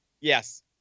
Yes